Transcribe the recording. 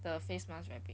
the face mask right